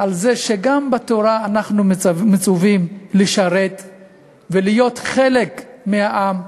שגם בתורה אנחנו מצווים לשרת ולהיות חלק מהעם,